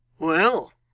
well,